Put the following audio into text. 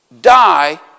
die